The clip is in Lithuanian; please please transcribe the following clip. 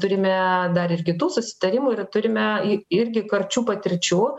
turime dar ir kitų susitarimų ir turime i irgi karčių patirčių